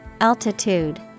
Altitude